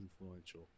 influential